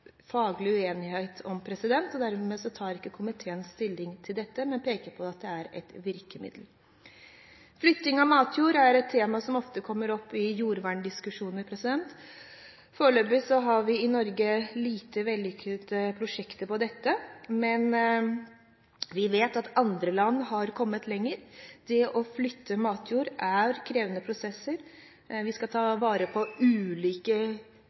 Dermed tar ikke komiteen stilling til dette, men peker på at det er et virkemiddel. Flytting av matjord er et tema som ofte kommer opp i jordverndiskusjoner. Foreløpig har vi i Norge få vellykkede prosjekter på dette, men vi vet at andre land har kommet lenger. Det å flytte matjord er krevende prosesser. Vi skal ta vare på de ulike